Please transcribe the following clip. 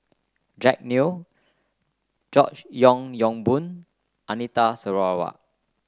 Jack Neo George Yeo Yong Boon Anita Sarawak